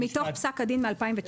מתוך פסק הדין מ-2019.